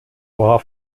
war